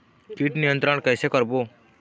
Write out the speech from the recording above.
कीट नियंत्रण कइसे करबो?